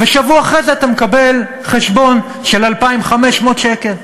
ושבוע אחרי זה אתה מקבל חשבון של 2,500 שקל.